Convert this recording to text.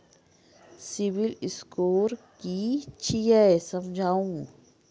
Civil score कि छियै समझाऊ?